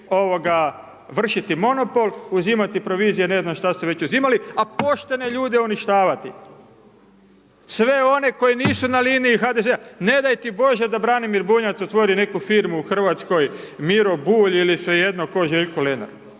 ovoga, vršiti monopol, uzimati provizije, ne znam šta su već uzimali, a poštene ljude uništavati. Sve one koji nisu na liniji HDZ-a. Ne daj ti bože da Branimir Bunjac otvori neku firmu u Hrvatskoj, Miro Bulj, ili svejedno tko, Željko Lenart.